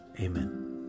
Amen